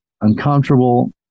uncomfortable